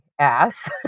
ass